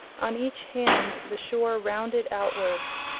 on each hand the shore rounded outwards,